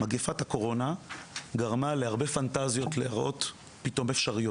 מגפת הקורונה גרמה להרבה פנטזיות להיראות פתאום אפשריות.